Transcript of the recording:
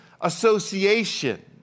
association